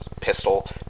pistol